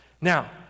Now